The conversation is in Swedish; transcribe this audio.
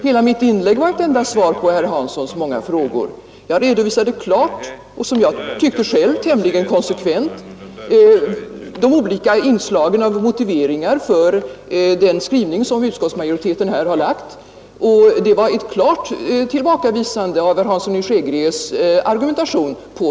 Hela mitt inlägg var ett svar på herr Hanssons många frågor. Jag redovisade klart och som jag tycker tämligen konsekvent de olika motiveringarna för utskottets skrivning. Det var på varje punkt ett klart tillbakavisande av herr Hanssons i Skegrie argumentation.